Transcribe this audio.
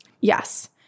Yes